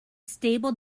stable